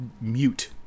mute